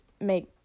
make